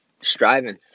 striving